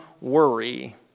worry